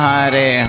Hare